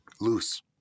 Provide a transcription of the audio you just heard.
loose